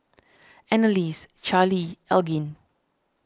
Anneliese Charlee Elgin